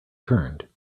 turned